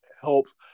helps